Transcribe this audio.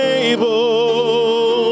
able